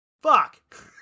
fuck